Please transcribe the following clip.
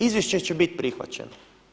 Izvješće će biti prihvaćeno.